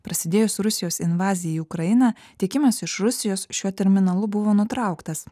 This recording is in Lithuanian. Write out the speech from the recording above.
prasidėjus rusijos invazijai į ukrainą tiekimas iš rusijos šiuo terminalu buvo nutrauktas